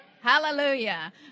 Hallelujah